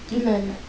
இல்ல:illa